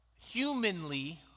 humanly